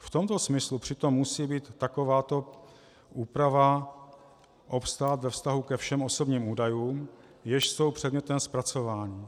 V tomto smyslu přitom musí takováto úprava obstát ve vztahu ke všem osobním údajům, jež jsou předmětem zpracování.